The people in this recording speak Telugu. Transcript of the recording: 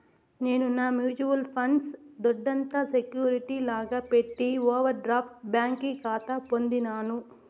నేను నా మ్యూచువల్ ఫండ్స్ దొడ్డంత సెక్యూరిటీ లాగా పెట్టి ఓవర్ డ్రాఫ్ట్ బ్యాంకి కాతా పొందినాను